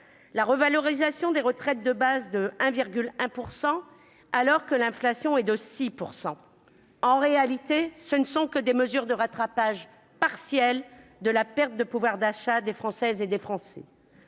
la revalorisation de 1,1 % des retraites de base, alors que l'inflation s'élève à 6 %. En réalité, il ne s'agit là que de mesures de rattrapage partielles de la perte de pouvoir d'achat des Françaises et des Français.